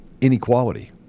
inequality